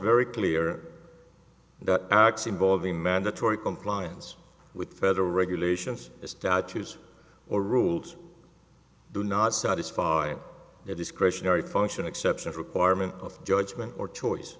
very clear that acts involving mandatory compliance with federal regulations the statues or rules do not satisfy their discretionary function exceptions requirement of judgment or choice